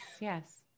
yes